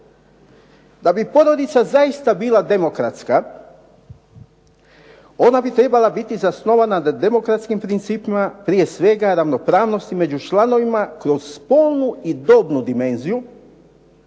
Da bi porodica bila zaista demokratska ona bi trebala biti zasnovana na demokratskim principima, prije svega ravnopravnosti među članovima kroz spolnu i dobnu dimenziju.